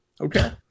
Okay